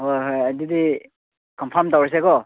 ꯍꯣꯏ ꯍꯣꯏ ꯑꯗꯨꯗꯤ ꯀꯝꯐꯥꯝ ꯇꯧꯔꯁꯦꯀꯣ